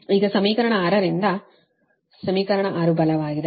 ಈಗ ಸಮೀಕರಣ 6 ರಿಂದ ಇದು 6 ಸಮೀಕರಣದಿಂದ ಬಲವಾಗಿದೆ